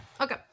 Okay